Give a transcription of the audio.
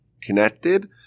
connected